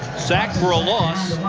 sacked for a loss.